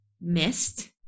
missed